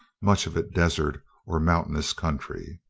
much of it desert or mountainous country.